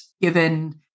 given